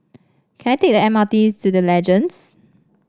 can I take the M R T to The Legends